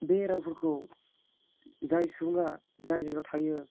बे रावफोरखौ जाय सुबुंआ जाय जायगायाव थायो